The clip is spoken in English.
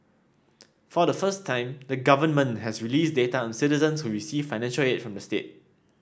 for the first time the government has released data on citizens who receive financial aid from the state